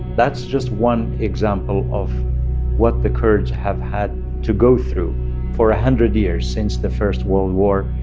that's just one example of what the kurds have had to go through for a hundred years, since the first world war.